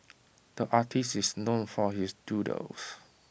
the artist is known for his doodles